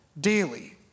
daily